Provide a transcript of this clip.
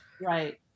Right